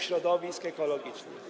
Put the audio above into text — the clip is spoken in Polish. środowisk ekologicznych.